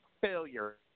Failure